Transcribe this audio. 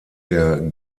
der